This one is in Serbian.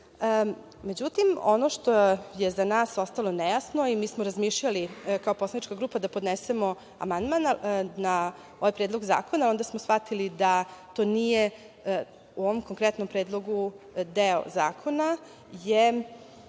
itd.Međutim, ono što je za nas ostalo nejasno i mi smo razmišljali kao poslanička grupa da podnesemo amandman na ovaj Predlog zakona, onda smo shvatili da to nije u ovom konkretnom predlogu deo zakona,